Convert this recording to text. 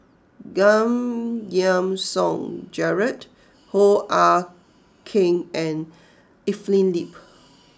Giam Yean Song Gerald Hoo Ah Kay and Evelyn Lip